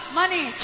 money